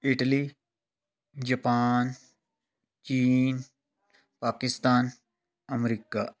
Italy Japan ਚੀਨ Pakistan America